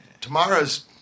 tomorrow's